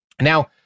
Now